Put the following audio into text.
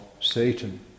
Satan